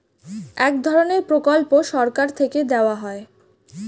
এক ধরনের প্রকল্প সরকার থেকে দেওয়া হয়